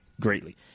greatly